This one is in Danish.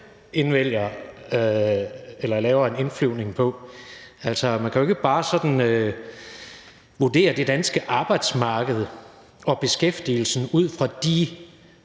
Boje Mathiesen laver en indflyvning på. Altså, man kan jo ikke bare sådan vurdere det danske arbejdsmarked og beskæftigelsen ud fra de